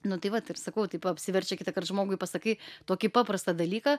nu tai vat ir sakau taip apsiverčia kitąkart žmogui pasakai tokį paprastą dalyką